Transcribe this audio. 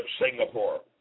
Singapore